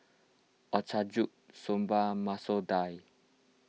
Ochazuke Soba Masoor Dal